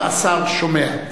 השר שומע.